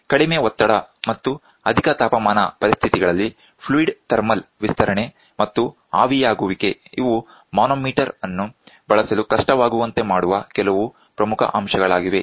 ಕಡಿಮೆ ಒತ್ತಡ ಮತ್ತು ಅಧಿಕ ತಾಪಮಾನ ಪರಿಸ್ಥಿತಿಗಳಲ್ಲಿ ಫ್ಲೂಯಿಡ್ ಥರ್ಮಲ್ ವಿಸ್ತರಣೆ ಮತ್ತು ಆವಿಯಾಗುವಿಕೆ ಇವು ಮಾನೋಮೀಟರ್ ಅನ್ನು ಬಳಸಲು ಕಷ್ಟವಾಗುವಂತೆ ಮಾಡುವ ಕೆಲವು ಪ್ರಮುಖ ಅಂಶಗಳಾಗಿವೆ